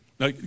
Now